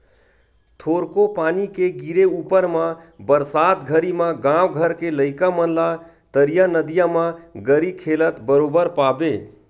थोरको पानी के गिरे ऊपर म बरसात घरी म गाँव घर के लइका मन ला तरिया नदिया म गरी खेलत बरोबर पाबे